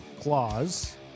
clause